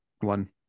one